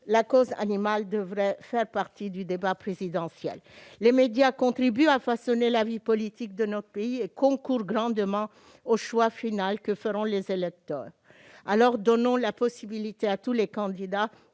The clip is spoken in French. La cause animale devrait faire partie du débat présidentiel. Les médias contribuent à façonner la vie politique de notre pays et concourent grandement au choix final que feront les électeurs. Alors, donnons la possibilité à tous les candidats,